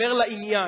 לדבר לעניין.